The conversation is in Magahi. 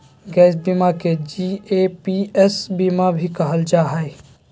गैप बीमा के जी.ए.पी.एस बीमा भी कहल जा हय